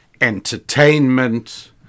entertainment